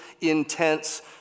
intense